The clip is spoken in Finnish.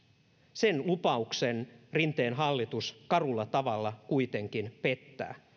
sen lupauksen rinteen hallitus karulla tavalla kuitenkin pettää